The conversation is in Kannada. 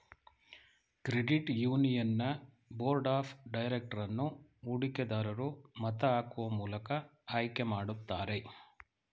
credit union board of director ಅನ್ನು ಹೂಡಿಕೆ ದರೂರು ಮತ ಹಾಕುವ ಮೂಲಕ ಆಯ್ಕೆ ಮಾಡುತ್ತಾರೆ